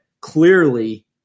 clearly